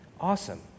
awesome